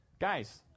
guys